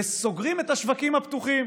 וסוגרים את השווקים הפתוחים.